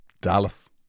Dallas